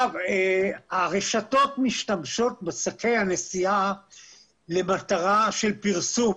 הרשתות משתמשות בשקי הנשיאה למטרת פרסום